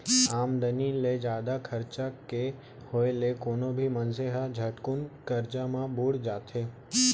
आमदनी ले जादा खरचा के होय ले कोनो भी मनसे ह झटकुन करजा म बुड़ जाथे